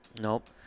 Nope